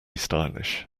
stylish